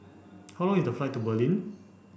how long is the flight to Berlin